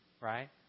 Right